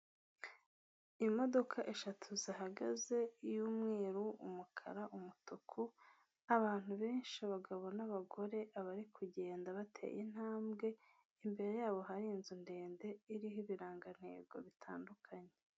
Imodoka eshatu zihagaze iy'umweru, umukara, umutuku, abantu benshi, abagabo n'abagore abari kugenda bateye intambwe, imbere yabo hari inzu ndende iriho ibirangantego bitandukanye.